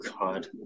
God